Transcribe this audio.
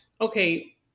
okay